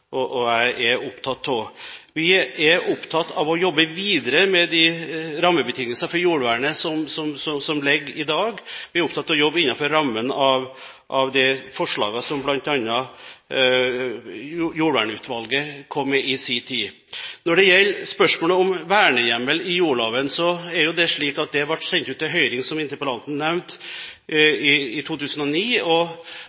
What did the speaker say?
interpellanten og jeg – er opptatt av. Vi er opptatt av å jobbe videre med de rammebetingelser for jordvernet som ligger i dag. Vi er opptatt av å jobbe innenfor rammen av de forslagene som bl.a. jordvernutvalget kom med i sin tid. Når det gjelder spørsmålet om vernehjemmel i jordlova, ble det sendt ut på høring, som interpellanten nevnte,